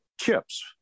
chips